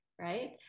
right